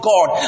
God